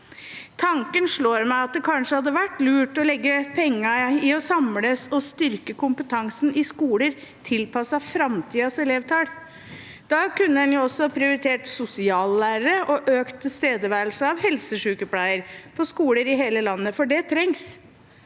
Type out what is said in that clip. Tanken slår meg at det kanskje hadde vært lurt å legge pengene i å samle og styrke kompetansen i skoler tilpasset framtidens elevtall. Da kunne man også prioritert sosiallærere og økt tilstedeværelse av helsesykepleiere på skoler i hele landet. For det trengs.